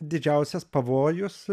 didžiausias pavojus